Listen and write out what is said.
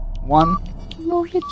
one